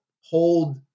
hold